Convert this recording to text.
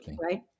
right